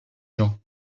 jean